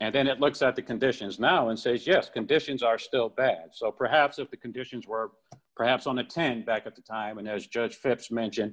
and then it looks at the conditions now and says yes conditions are still bad so perhaps if the conditions were perhaps on the ten back at the time and as judge phipps mention